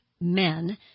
men